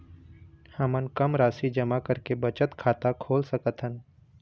हमन कम राशि जमा करके बचत खाता खोल सकथन?